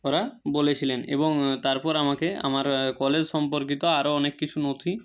ওরা বলেছিলেন এবং তারপর আমাকে আমার কলেজ সম্পর্কিত আরো অনেক কিছু নথি